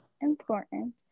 important